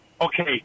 Okay